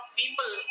people